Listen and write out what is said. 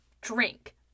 drink